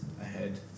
ahead